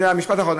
הנה, משפט אחרון.